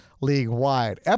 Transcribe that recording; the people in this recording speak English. league-wide